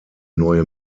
neue